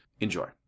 Enjoy